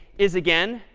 is again,